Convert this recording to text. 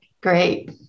Great